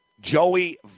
Joey